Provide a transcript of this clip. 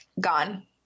gone